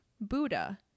Buddha